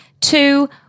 Two